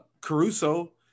Caruso